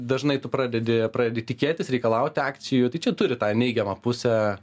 dažnai tu pradedi pradedi tikėtis reikalauti akcijų tai čia turi tą neigiamą pusę